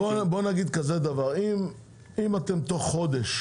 בוא נגיד כזה דבר, אם אתם תוך חודש